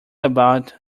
about